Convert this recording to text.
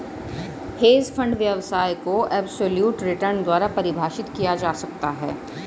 hedge fund व्यवसाय को absolute return द्वारा परिभाषित किया जा सकता है